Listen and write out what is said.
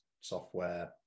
software